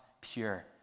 pure